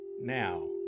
Now